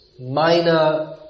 minor